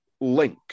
link